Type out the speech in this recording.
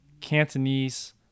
Cantonese